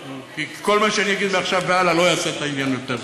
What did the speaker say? כי כל מה שאני אגיד מעכשיו והלאה לא יעשה את העניין יותר טוב.